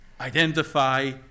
identify